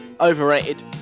overrated